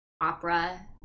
opera